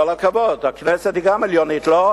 כל הכבוד, הכנסת היא גם עליונה, לא?